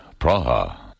Praha